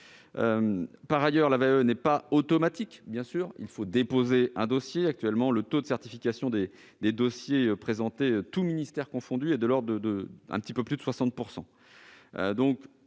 Par ailleurs, la VAE n'est pas automatique. Il faut déposer un dossier. Actuellement, le taux de certification des dossiers présentés, tous ministères confondus, est d'un peu plus de 60 %.